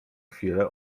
chwilę